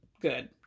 good